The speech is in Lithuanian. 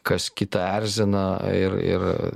kas kitą erzina ir ir